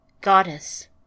Goddess